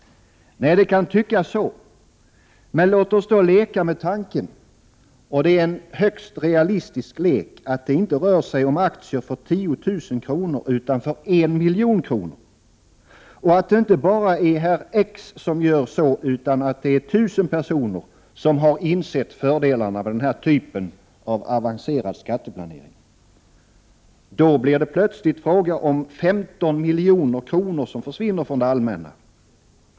Nej, det kan tyckas så. Men låt oss då leka med tanken — och det är en högst realistisk lek — att det rör sig om aktier, inte för 10 000 kr. utan för 1 milj.kr. och att det inte bara är herr X som gör så utan att det är 1 000 personer som har insett fördelarna med denna typ av avancerad skatteplanering. Då blir det plötsligt fråga om 150 milj.kr. som försvinner från det allmänna.